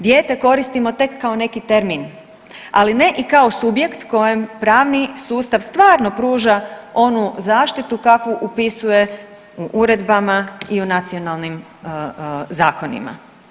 Dijete koristimo tek kao neki termin, ali ne i kao subjekt kojem pravni sustav stvarno pruža onu zaštitu kakvu upisuje u uredbama i u nacionalnim zakonima.